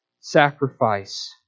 sacrifice